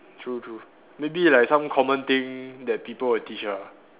true true maybe like some common thing that people will teach ah